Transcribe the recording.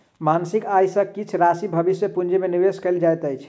मासिक आय सॅ किछ राशि भविष्य पूंजी में निवेश कयल जाइत अछि